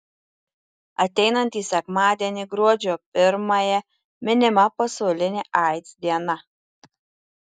ateinantį sekmadienį gruodžio pirmąją minima pasaulinė aids diena